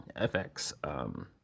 FX